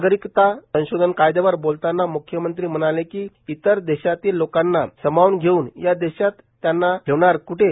नागरिकता संशोधन कायदयावर बोलतांना मुख्यमंत्री म्हणाले की इतर देशातील लोकांना समावन घेवन या देशात त्यांना ठेवणार कठे